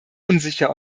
unsicher